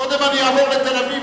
קודם אני אעבור לתל-אביב,